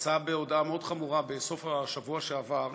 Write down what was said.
יצא בהודעה מאוד חמורה בסוף השבוע שעבר,